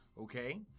Okay